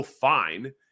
fine